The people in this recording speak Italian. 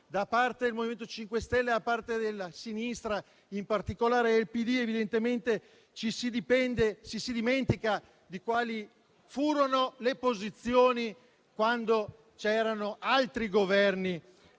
da parte del MoVimento 5 Stelle e della sinistra, in particolare del Partito Democratico, evidentemente ci si dimentica di quali furono le posizioni quando c'erano altri Governi